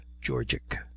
Georgic